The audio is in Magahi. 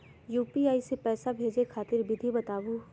यू.पी.आई स पैसा भेजै खातिर विधि बताहु हो?